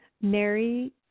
mary